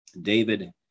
David